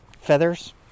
feathers